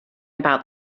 about